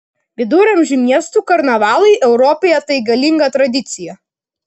viduramžių miestų karnavalai europoje tai galinga tradicija